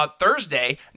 Thursday